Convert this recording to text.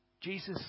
Jesus